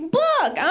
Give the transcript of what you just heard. book